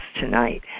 tonight